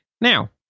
Now